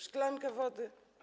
Szklankę wody?